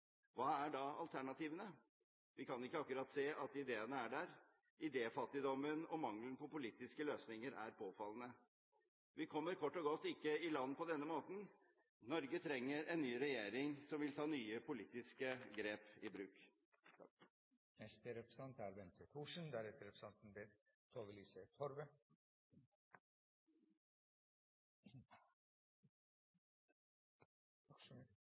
Hva er da alternativene? Vi kan ikke akkurat se at ideene er der. Idéfattigdommen og mangelen på politiske løsninger er påfallende. Vi kommer kort og godt ikke i land på denne måten. Norge trenger en ny regjering som vil ta nye politiske grep i bruk.